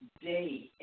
day